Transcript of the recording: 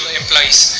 employees